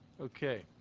Okay